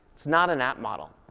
it's not an app model.